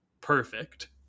Perfect